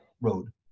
road